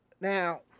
Now